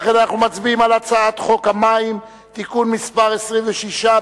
לכן אנחנו מצביעים על הצעת חוק המים (תיקון מס' 26),